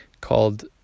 called